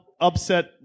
upset